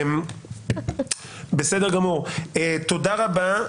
תודה רבה.